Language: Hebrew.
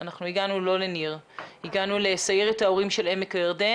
אני הקמתי את סיירת ההורים של רעננה